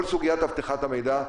כל סוגיית הבטחת המידע,